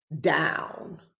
down